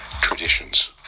traditions